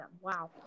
Wow